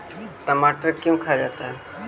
टमाटर क्यों खाया जाता है?